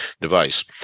device